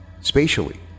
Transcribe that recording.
spatially